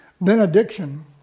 benediction